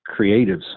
creatives